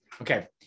Okay